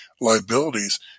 liabilities